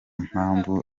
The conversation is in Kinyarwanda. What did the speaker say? mpamvu